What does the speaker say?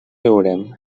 riurem